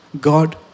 God